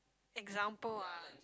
example ah